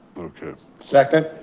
okay. second.